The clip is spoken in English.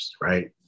Right